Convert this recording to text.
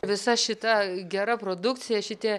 visa šita gera produkcija šitie